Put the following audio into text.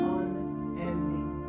unending